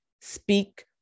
speak